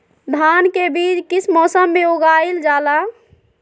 धान के बीज किस मौसम में उगाईल जाला?